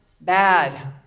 bad